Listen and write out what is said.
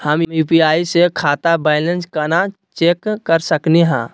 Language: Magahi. हम यू.पी.आई स खाता बैलेंस कना चेक कर सकनी हे?